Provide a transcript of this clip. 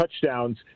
touchdowns